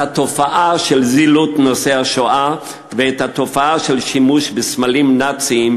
את התופעה של זילות נושא השואה והשימוש בסמלים נאציים